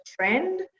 trend